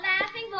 laughing